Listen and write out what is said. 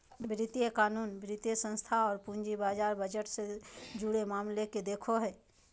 वित्तीय कानून, वित्तीय संस्थान औरो पूंजी बाजार बजट से जुड़े मामले के देखो हइ